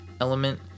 element